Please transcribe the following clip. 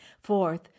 Fourth